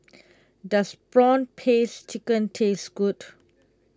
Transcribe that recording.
does Prawn Paste Chicken taste good